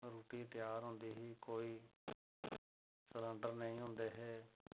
रुट्टी त्यार होंदी ही कोई सलंडर नेईं होंदे हे